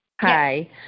Hi